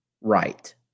right